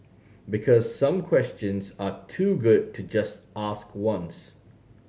because some questions are too good to just ask once